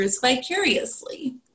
vicariously